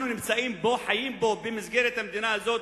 אנחנו נמצאים פה, חיים פה, במסגרת המדינה הזאת,